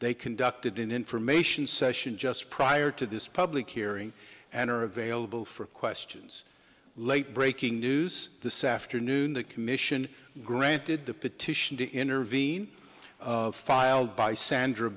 they conducted an information session just prior to this public hearing and are available for questions late breaking news this afternoon the commission granted the petition to intervene filed by sandra